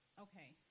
okay